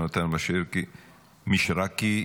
יהונתן מישרקי,